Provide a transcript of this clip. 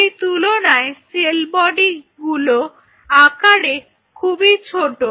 সেই তুলনায় সেল বডিগুলো আকারে খুবই ছোট